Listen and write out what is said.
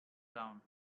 down